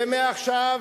ומעכשיו